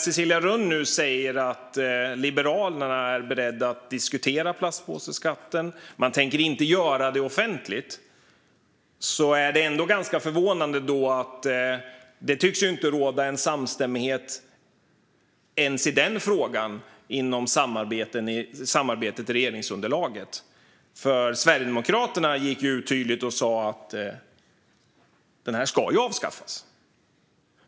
Cecilia Rönn säger nu att Liberalerna är beredda att diskutera plastpåseskatten men att man inte tänker göra det offentligt. Det är ganska förvånande att det inte tycks råda någon samstämmighet ens i den frågan inom samarbetet i regeringsunderlaget. Sverigedemokraterna gick ju tydligt ut och sa att skatten ska avskaffas.